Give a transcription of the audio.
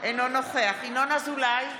אינו נוכח ינון אזולאי,